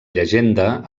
llegenda